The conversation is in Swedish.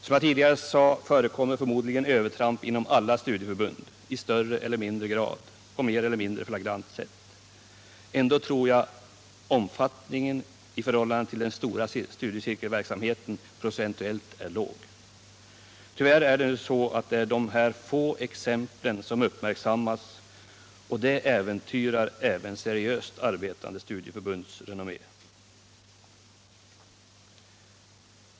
Som jag tidigare sade förekommer övertramp inom alla studieförbund, i större eller mindre grad, på mer eller mindre flagrant sätt. Ändå tror jag att omfattningen i förhållande till den stora cirkelverksamheten procentuellt sett är låg. Tyvärr är det nu så, att det är de här få exemplen som uppmärksammas, och det äventyrar även seriöst arbetande studieförbunds renommé.